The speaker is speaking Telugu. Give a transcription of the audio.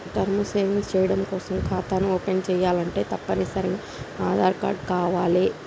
టర్మ్ సేవింగ్స్ చెయ్యడం కోసం ఖాతాని ఓపెన్ చేయాలంటే తప్పనిసరిగా ఆదార్ కార్డు కావాలే